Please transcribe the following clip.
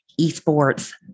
esports